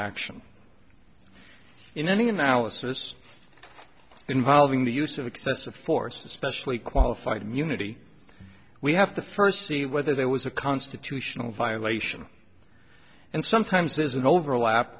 action in any analysis involving the use of excessive force especially qualified immunity we have to first see whether there was a constitutional violation and sometimes there's an overlap